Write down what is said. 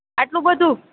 આટલું બધું